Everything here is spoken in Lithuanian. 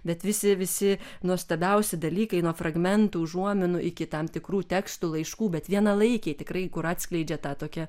bet visi visi nuostabiausi dalykai nuo fragmentų užuominų iki tam tikrų tekstų laiškų bet vienalaikiai tikrai kur atskleidžia tą tokią